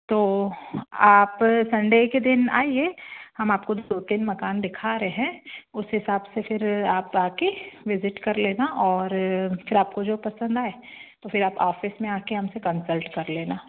तो आप सन्डे के दिन आईए हम आपको दो तीन मकान दिखा रहे हैं उस हिसाब से फिर आप आकर विज़िट कर लेना और फिर आपको जो पसंद आए तो फिर आप ऑफिस में आकर हमसे कंसल्ट कर लेना